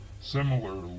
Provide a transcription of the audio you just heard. Similarly